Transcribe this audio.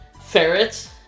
Ferrets